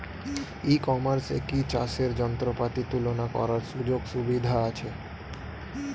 ই কমার্সে কি চাষের যন্ত্রপাতি তুলনা করার সুযোগ সুবিধা আছে?